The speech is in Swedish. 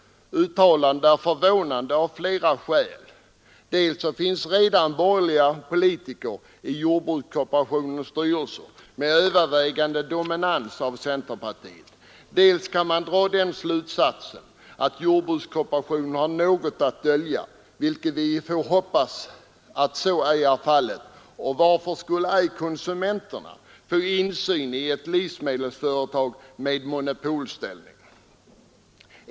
Uttalandet är förvånande av flera skäl: dels finns det redan borgerliga politiker i jordbrukskooperationens styrelser med övervägande dominans av centerpartiet, dels kan man dra slutsatsen att jordbrukskooperationen har något att dölja, vilket vi får hoppas ej är fallet. Varför skulle ej konsumenterna få insyn i ett livsmedelsföretag med monopolställning?